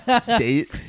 state